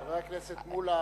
חבר הכנסת מולה,